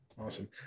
awesome